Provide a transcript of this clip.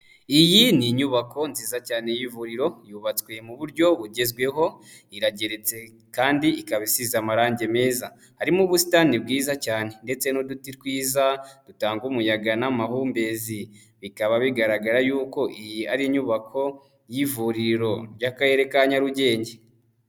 Iyi ni inyubako nziza cyane y'ivuriro yubatswe mu buryo bugezweho, irageretse kandi ikaba isize amarangi meza. Harimo ubusitani bwiza cyane ndetse n'uduti twiza dutanga umuyaga n'amahumbezi. Bikaba bigaragara yuko iyi ari inyubako y'ivuriro ry'akarere ka Nyarugenge.